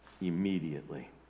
Immediately